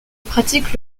pratique